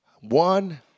One